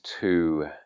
two